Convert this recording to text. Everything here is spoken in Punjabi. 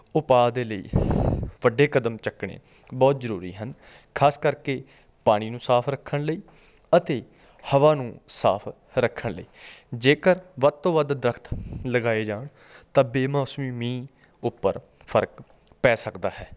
ਉਪਾਅ ਦੇ ਲਈ ਵੱਡੇ ਕਦਮ ਚੁੱਕਣੇ ਬਹੁਤ ਜ਼ਰੂਰੀ ਹਨ ਖਾਸ ਕਰਕੇ ਪਾਣੀ ਨੂੰ ਸਾਫ਼ ਰੱਖਣ ਲਈ ਅਤੇ ਹਵਾ ਨੂੰ ਸਾਫ਼ ਰੱਖਣ ਲਈ ਜੇਕਰ ਵੱਧ ਤੋਂ ਵੱਧ ਦਰਖ਼ਤ ਲਗਾਏ ਜਾਣ ਤਾਂ ਬੇਮੌਸਮੀ ਮੀਂਹ ਉੱਪਰ ਫਰਕ ਪੈ ਸਕਦਾ ਹੈ